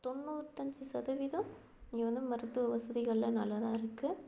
தொண்ணூத்தஞ்சு சதவீதம் இங்கே வந்து மருத்துவ வசதிகள்லாம் நல்லா தான் இருக்குது